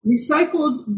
recycled